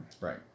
Right